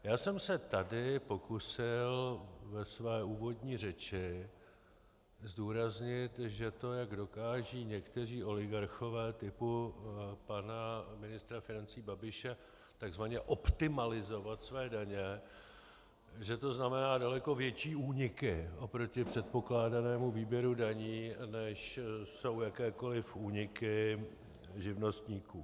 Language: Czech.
Já jsem se tady pokusil ve své úvodní řeči zdůraznit, že to, jak dokážou někteří oligarchové typu pana ministra financí Babiše tzv. optimalizovat své daně, že to znamená daleko větší úniky oproti předpokládanému výběru daní, než jsou jakékoli úniky živnostníků.